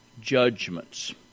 judgments